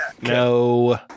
No